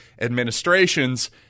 administrations